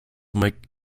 make